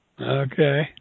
Okay